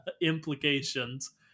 implications